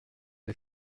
des